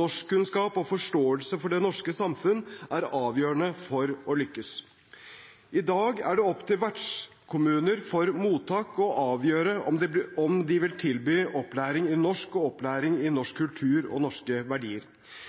Norskkunnskap og forståelse for det norske samfunnet er avgjørende for å lykkes. I dag er det opp til vertskommuner for mottak å avgjøre om de vil tilby opplæring i norsk og opplæring i norsk kultur og norske verdier.